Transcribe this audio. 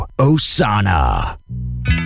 Osana